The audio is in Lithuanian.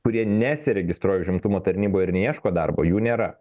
kurie nesiregistruoja užimtumo tarnyboj ir neieško darbo jų nėra